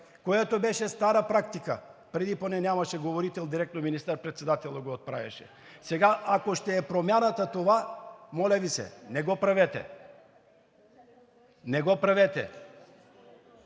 което беше стара практика. Преди поне нямаше говорител, а директно министър-председателят го отправяше. Сега, ако промяната ще е това, моля Ви се, не го правете. Не го правете!